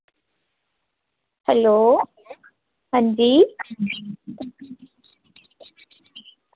hello अंजी